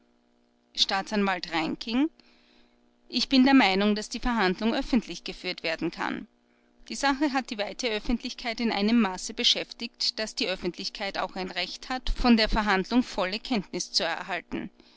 staatsanwalt reinking ich bin der meinung daß die verhandlung öffentlich geführt werden kann die sache hat die weite öffentlichkeit in einem maße beschäftigt daß die öffentlichkeit auch ein recht hat von der verhandlung volle kenntnis zu erhalten